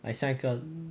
I